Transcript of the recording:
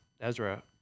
Ezra